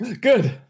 Good